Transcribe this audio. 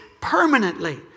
permanently